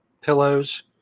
pillows